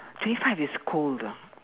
twenty five is cold ah